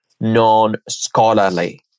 non-scholarly